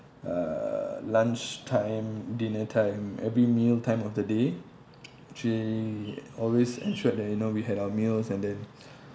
uh lunch time dinner time every meal time of the day she always ensured that you know we had our meals and then